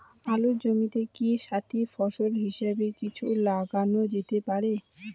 আলুর জমিতে কি সাথি ফসল হিসাবে কিছু লাগানো যেতে পারে?